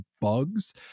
bugs